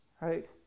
right